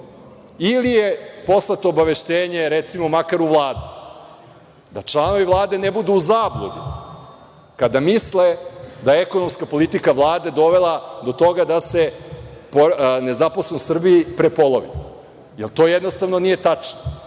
Ili je poslato obaveštenje, recimo, makar u Vladi? Da članovi Vlade ne budu u zabludi kada misle da je ekonomska politika Vlade dovela do toga da se nezaposlenost u Srbiji prepolovi. To jednostavno nije tačno